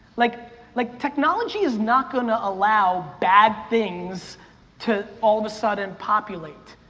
like like technology is not gonna allow bad things to all of a sudden populate.